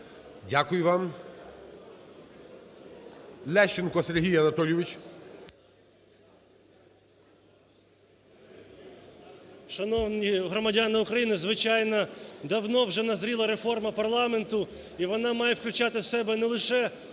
Дякую вам. Лещенко Сергій Анатолійович.